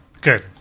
Good